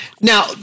now